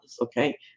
okay